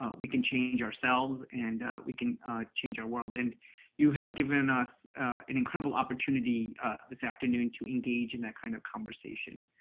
um we can change ourselves and we can change our world. and you have given us an incredible opportunity this afternoon to engage in that kind of conversation.